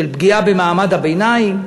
של פגיעה במעמד הביניים,